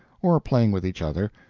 or playing with each other,